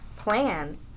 plan